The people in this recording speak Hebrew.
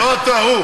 לא אתה.